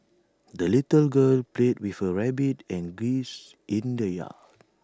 the little girl played with her rabbit and geese in the yard